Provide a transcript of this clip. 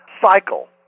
cycle